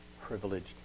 privileged